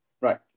Right